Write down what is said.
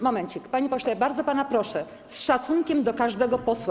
Momencik, panie pośle, bardzo pana proszę: z szacunkiem do każdego posła.